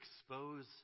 expose